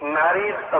married